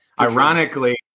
ironically